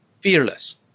fearless